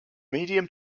medium